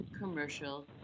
commercial